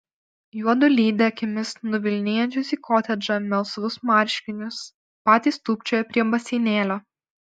juodu lydi akimis nuvilnijančius į kotedžą melsvus marškinius patys tūpčioja prie baseinėlio